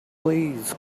please